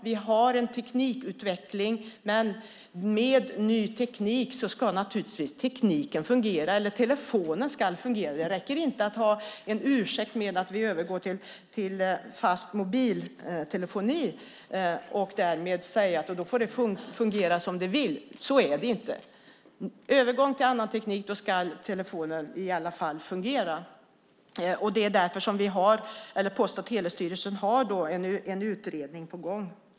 Vi har en teknikutveckling, men även med ny teknik ska telefonen naturligtvis fungera. Det räcker inte att ursäkta sig med att man övergår till fast mobiltelefoni och därmed säga att det får fungera som det vill. Så är det inte. Vid övergång till annan teknik ska telefonen i alla fall fungera. Det är därför Post och telestyrelsen har en utredning på gång.